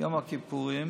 והקמפיין